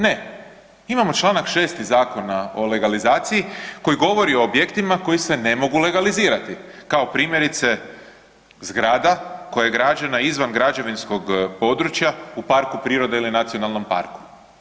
Ne, imamo članak 6. Zakona o legalizaciji koji govori o objektima koji se ne mogu legalizirati kao primjerice zgrada koja je građena i zvan građevinskog područja u parku prirode ili nacionalnom parku.